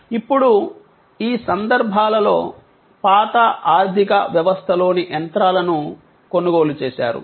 ఇప్పుడు ఈ సందర్భాలలో పాత ఆర్థిక వ్యవస్థలోని యంత్రాలను కొనుగోలు చేశారు